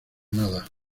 nada